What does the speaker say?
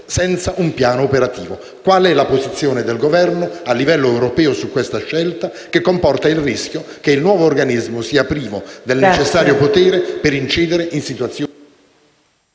senza un piano operativo, qual è la posizione del Governo a livello europeo su questa scelta, che comporta il rischio che il nuovo organismo sia privo del necessario potere per incidere in situazioni